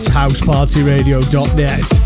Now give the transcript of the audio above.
housepartyradio.net